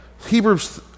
Hebrews